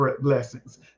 blessings